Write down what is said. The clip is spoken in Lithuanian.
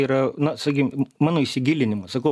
yra na sakykim mano įsigilinimas sakau